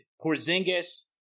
Porzingis